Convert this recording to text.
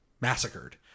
massacred